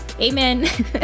Amen